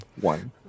one